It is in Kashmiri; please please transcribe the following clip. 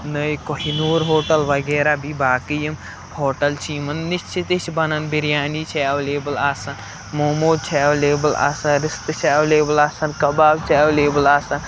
نٔے کوہِ نوٗر ہوٹل وغیرہ بیٚیہِ باقٕے یِم ہوٹل چھِ یِمن نِش چھِ تہِ چھِ بنن بِریانی چھِ اٮ۪ولیبٕل آسان موموز چھِ ایویلیبٕل آسان رِستہٕ چھِ اٮ۪ولیبٕل آسان کباب چھِ اٮ۪ولیبٕل آسان